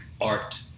art